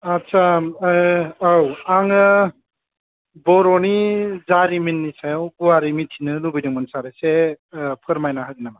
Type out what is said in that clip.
आच्चा औ आङो बर'नि जारिमिननि सायाव गुवारै मिथिनो लुबैदोंमोन सार एसे फोरमायनो हागोन नामा